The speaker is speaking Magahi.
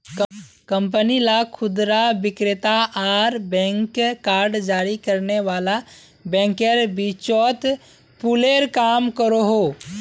कंपनी ला खुदरा विक्रेता आर बैंक कार्ड जारी करने वाला बैंकेर बीचोत पूलेर काम करोहो